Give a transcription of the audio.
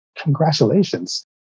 congratulations